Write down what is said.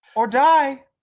or die.